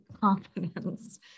confidence